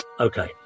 Okay